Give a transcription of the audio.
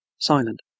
silent